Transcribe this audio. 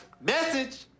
Message